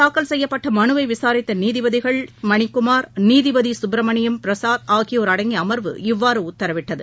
தாக்கல் செய்யப்பட்ட மனுவை இதுகுறித்து விசாரித்த நீதிபதிகள் திரு மணிக்குமார் திரு சுப்பிரமணியம் பிரசுத் ஆகியோர் அடங்கிய அமர்வு இவ்வாறு உத்தரவிட்டது